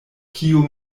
kio